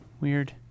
Weird